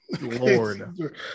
Lord